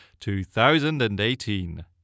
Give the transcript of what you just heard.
2018